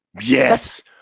Yes